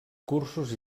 cursos